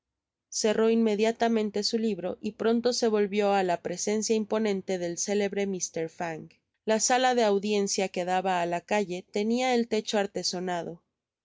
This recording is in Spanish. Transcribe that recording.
cerró inmediatamente su libro y pronto se vió á la presencia imponente del célebre mr fang la sala de audiencia que daba á la calle tenia el techo artesonado mr